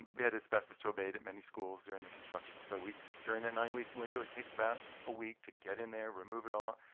we had asbestos to abate at many schools during the construction. so during that nine week window, it takes about a week to get in there, remove it all.